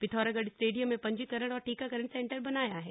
Pithoragarh stadium में पंजीकरण और टीकाकरण सेन्टर बनाया है